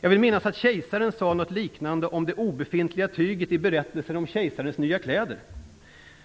Jag vill minnas att kejsaren sade något liknande om det obefintliga tyget i berättelsen om kejsarens nya kläder.